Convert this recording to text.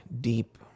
deep